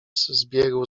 zbiegł